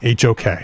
HOK